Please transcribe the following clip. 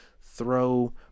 throw